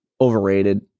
overrated